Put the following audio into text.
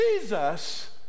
Jesus